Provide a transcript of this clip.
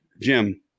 Jim